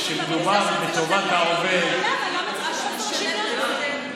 למה צריך את חוסר השוויון הזה?